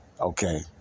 Okay